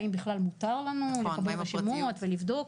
האם בכלל מותר לנו לקבל שמות ולבדוק,